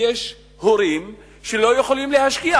ויש הורים שלא יכולים להשקיע,